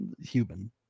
human